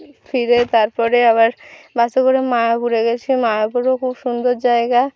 ফিরে তারপরে আবার বাসে করে মায়াপুরে গেছি মায়াপুরও খুব সুন্দর জায়গা